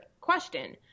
question